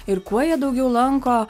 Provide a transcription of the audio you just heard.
ir kuo jie daugiau lanko